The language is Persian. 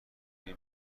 اگه